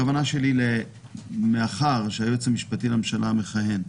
הכוונה שלי מאחר שהיועץ המשפטי לממשלה המכהן,